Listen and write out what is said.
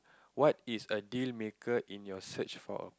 what is a deal maker in your search for